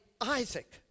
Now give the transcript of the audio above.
Isaac